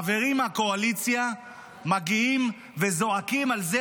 חברים מהקואליציה מגיעים וזועקים על זה